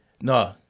No